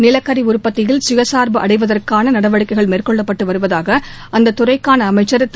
நிலக்கரி உற்பத்தியில் சுய சார்பு அடைவதற்கான நடவடிக்கைகள் மேற்கொள்ளப்பட்டு வருவாதக அந்தத் துறைக்கான அமைச்சர் திரு